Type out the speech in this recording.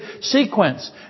sequence